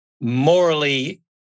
morally